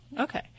Okay